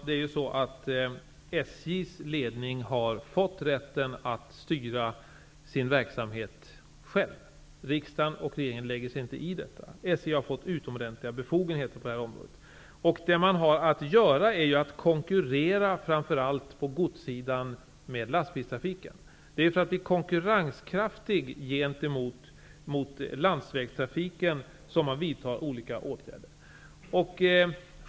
Herr talman! SJ:s ledning har fått rätten att själv styra verksamheten. Riksdagen och regeringen lägger sig inte i detta. SJ har fått utomordentliga befogenheter på detta område. Det man har att göra är att konkurrera med lastbilstrafiken, framför allt på godssidan. Det är för att bli konkurrenskraftig gentemot landsvägstrafiken som man vidtar olika åtgärder.